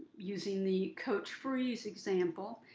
using the coach freeze example,